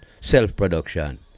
self-production